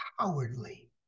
cowardly